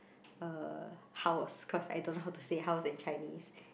uh house cause I don't know how to say house in Chinese